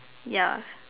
yeah